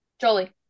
Jolie